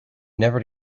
never